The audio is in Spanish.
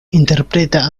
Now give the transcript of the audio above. interpreta